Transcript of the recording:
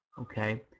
okay